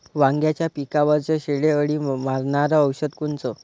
वांग्याच्या पिकावरचं शेंडे अळी मारनारं औषध कोनचं?